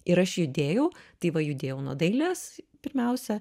ir aš judėjau tai va judėjau nuo dailės pirmiausia